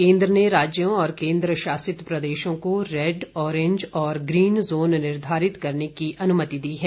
केन्द्र ने राज्यों और केन्द्र शासित प्रदेशों को रेड ऑरेंज और ग्रीन जोन निर्धारित करने की अनुमति दी है